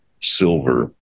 silver